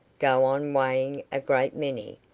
go on weighing a great many,